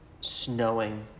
snowing